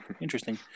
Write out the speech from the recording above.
Interesting